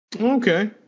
Okay